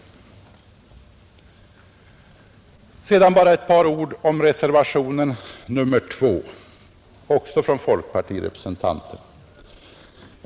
Sedan vill jag säga några ord om reservationen 2, också den avgiven av folkpartirepresentanter.